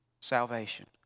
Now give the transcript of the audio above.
salvation